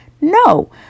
No